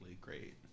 great